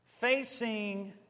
facing